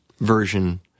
version